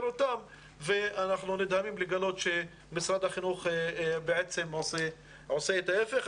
אותם ואנחנו נדהמים לגלות שמשרד החינוך בעצם עושה את ההיפך.